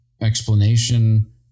explanation